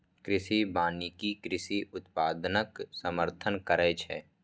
कृषि वानिकी कृषि उत्पादनक समर्थन करै छै